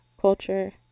culture